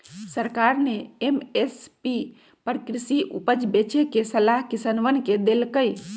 सरकार ने एम.एस.पी पर कृषि उपज बेचे के सलाह किसनवन के देल कई